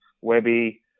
Webby